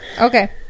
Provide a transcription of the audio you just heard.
Okay